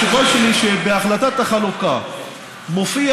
התשובה שלי היא שבהחלטת החלוקה מופיע